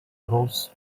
broth